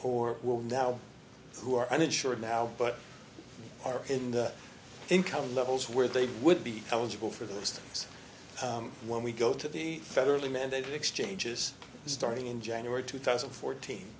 now or will now who are uninsured now but are in the income levels where they would be eligible for the systems when we go to the federally mandated exchanges starting in january two thousand and fourteen